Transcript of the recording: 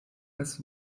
als